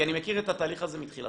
כי אני מכיר את התהליך הזה מתחילתו.